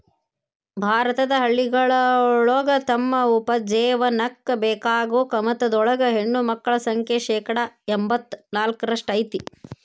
ಭಾರತದ ಹಳ್ಳಿಗಳೊಳಗ ತಮ್ಮ ಉಪಜೇವನಕ್ಕ ಬೇಕಾಗೋ ಕಮತದೊಳಗ ಹೆಣ್ಣಮಕ್ಕಳ ಸಂಖ್ಯೆ ಶೇಕಡಾ ಎಂಬತ್ ನಾಲ್ಕರಷ್ಟ್ ಐತಿ